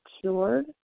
cured